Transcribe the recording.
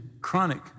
chronic